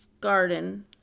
garden